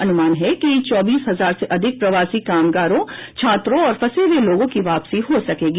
अनुमान है कि चौबीस हजार से अधिक प्रवासी कामगारों छात्रों और फंसे हुए लोगों की वापसी हो सकेगी